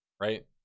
right